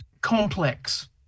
complex